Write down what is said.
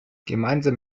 gemeinsam